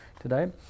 today